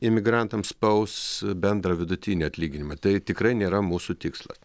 imigrantams spaus bendrą vidutinį atlyginimą tai tikrai nėra mūsų tikslas